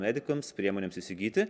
medikams priemonėms įsigyti